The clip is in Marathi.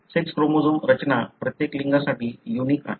सेक्स क्रोमोझोम रचना प्रत्येक लिंगासाठी युनिक आहे